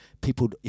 People